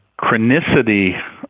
chronicity